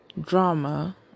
drama